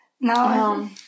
No